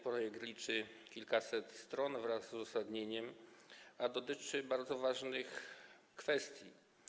Projekt liczy kilkaset stron wraz z uzasadnieniem, a dotyczy bardzo ważnych kwestii.